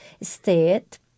state